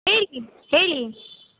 ಹೇಳಿ ಹೇಳಿ